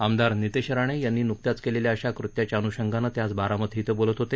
आमदार नीतेश राणे यांनी न्कत्याच केलेल्या अशा कृत्याच्या अन्षंगानं ते आज बारामती इथं बोलत होते